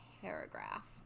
paragraph